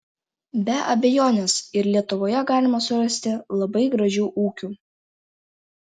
be abejonės ir lietuvoje galima surasti labai gražių ūkių